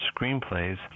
screenplays